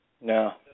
No